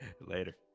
Later